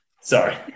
Sorry